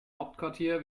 hauptquartier